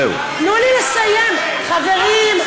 תנו לי לסיים, חברים.